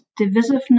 Divisiveness